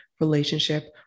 relationship